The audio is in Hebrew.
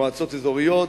מועצות אזוריות,